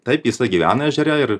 taip jisai gyvena ežere ir